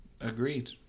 Agreed